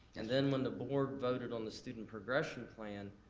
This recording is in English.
and then when the board voted on the student progression plan,